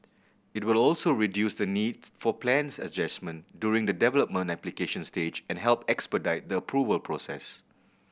it will also reduce the needs for plans adjustment during the development application stage and help expedite the approval process